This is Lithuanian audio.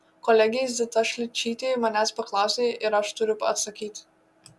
kolegė zita šličytė manęs paklausė ir aš turiu atsakyti